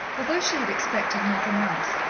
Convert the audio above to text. although she had expected nothing else,